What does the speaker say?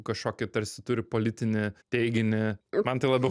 kažkokį tarsi turi politinį teiginį man tai labiau